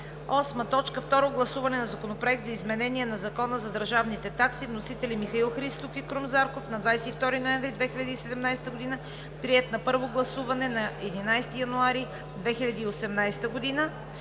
2018 г. 8. Второ гласуване на Законопроекта за изменение на Закона за държавните такси. Вносители – Михаил Христов и Крум Зарков, 22 ноември 2017 г. Приет на първо гласуване на 11 януари 2018 г.